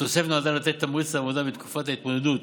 התוספת נועדה לתת תמריץ לעבודה בתקופת ההתמודדות